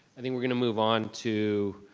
i think we're going to move on to.